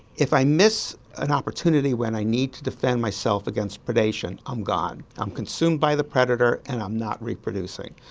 if i miss an opportunity when i need to defend myself against predation, i'm gone, i'm consumed by the predator and i'm not reproducing.